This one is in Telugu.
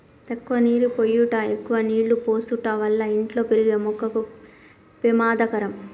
తక్కువ నీరు పోయుట ఎక్కువ నీళ్ళు పోసుట వల్ల ఇంట్లో పెరిగే మొక్కకు పెమాదకరం